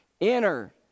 Enter